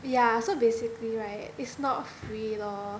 ya so basically right it's not free lor